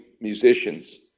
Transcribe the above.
musicians